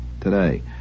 today